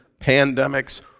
pandemics